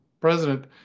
president